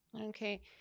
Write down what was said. Okay